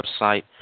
website